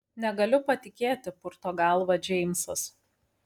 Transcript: negaliu patikėti purto galvą džeimsas